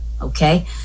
Okay